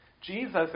Jesus